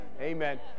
Amen